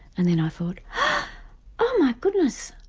and then i thought oh my goodness,